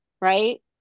right